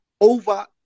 over